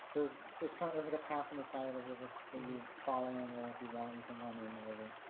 there's this kind of is like a path on the side of the river then you following or if you want and to run in the river